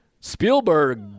Spielberg